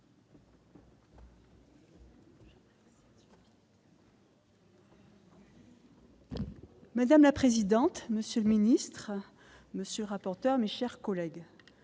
Madame la présidente, monsieur le ministre, monsieur rapporteur, mes chers collègues,